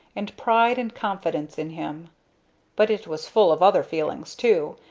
and pride and confidence in him but it was full of other feelings, too,